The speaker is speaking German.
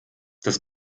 das